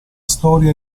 storia